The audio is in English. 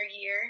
year